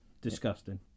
Disgusting